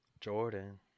Jordan